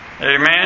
Amen